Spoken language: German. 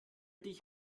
dich